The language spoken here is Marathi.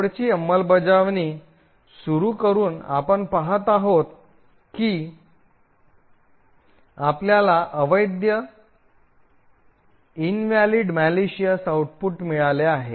कोडची अंमलबजावणी सुरू करून आपण पहात आहोत की आपल्याला अवैध दुर्भावनायुक्त आउटपुट मिळाले आहे